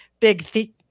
big